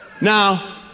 Now